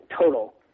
total